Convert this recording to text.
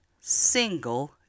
single